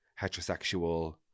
heterosexual